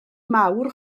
mawr